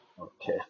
Okay